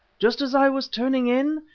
just as i was turning in,